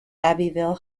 abbeville